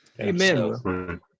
Amen